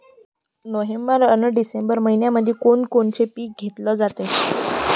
November अन December मइन्यामंधी कोण कोनचं पीक घेतलं जाते?